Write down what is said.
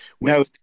No